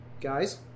Guys